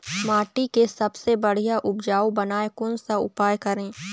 माटी के सबसे बढ़िया उपजाऊ बनाए कोन सा उपाय करें?